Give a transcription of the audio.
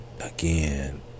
again